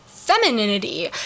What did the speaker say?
femininity